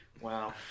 Wow